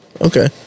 Okay